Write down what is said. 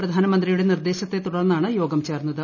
പ്രധാനമന്ത്രിയുടെ നിർദേശത്തെ തുടർന്നാണ് യോഗം ചേർന്നത്